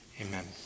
Amen